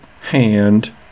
hand